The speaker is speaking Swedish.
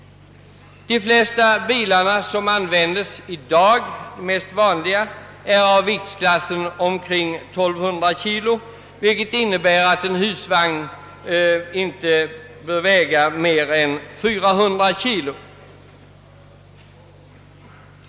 De vanligaste bilarna i dag är av viktklassen 1200 kg, vilket innebär att en husvagn inte bör väga mer än 400 kg.